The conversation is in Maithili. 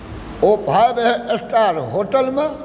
ओ फाइव स्टार होटलमे